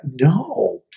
No